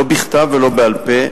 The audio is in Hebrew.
לא בכתב ולא בעל-פה,